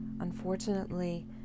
unfortunately